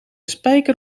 spijker